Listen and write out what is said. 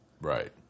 Right